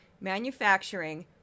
manufacturing